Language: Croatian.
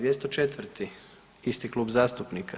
204. isti klub zastupnika.